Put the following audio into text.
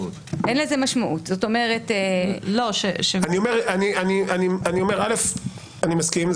אני אומר שאני מסכים.